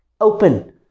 open